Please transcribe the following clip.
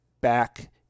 back